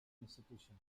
institution